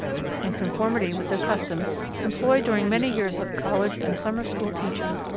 in conformity with the custom employed during many years of college and summer-school teaching,